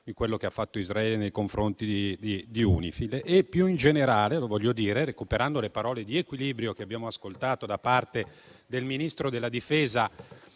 di quello che ha fatto Israele nei confronti di UNIFIL. Più in generale - lo voglio dire recuperando le parole di equilibrio che abbiamo ascoltato da parte del Ministro della difesa